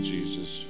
Jesus